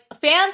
fans